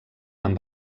amb